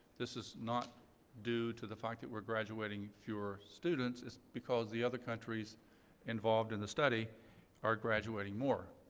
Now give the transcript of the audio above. this is not due to the fact that we're graduating fewer students. it's because the other countries involved in the study are graduating more.